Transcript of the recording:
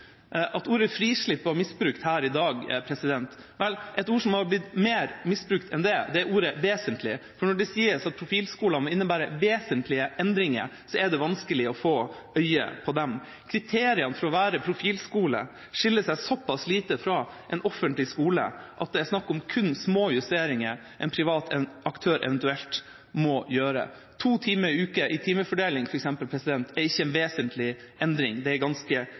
at ordet «frislipp» var misbrukt her i dag. Vel, et ord som har blitt mer misbrukt enn det, er ordet «vesentlige», for når det sies at profilskolene innebærer «vesentlige endringer», er det vanskelig å få øye på dem. Kriteriene for å være profilskoler skiller seg såpass lite fra en offentlig skole at det er snakk om kun små justeringer en privat aktør eventuelt må gjøre. To timer i uka i timefordeling f.eks. er ikke en vesentlig endring, det er en ganske